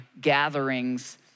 gatherings